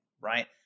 right